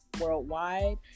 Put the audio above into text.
worldwide